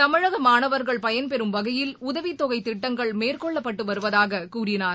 தமிழகமாணவர்கள் பயன்பெறும் வகையில் உதவித்தொகைதிட்டங்கள் மேற்கொள்ளப்பட்டுவருவதாககூறினார்